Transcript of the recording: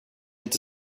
inte